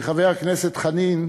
כי, חבר הכנסת חנין,